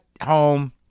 home